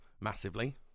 massively